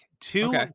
Two